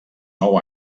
nou